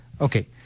okay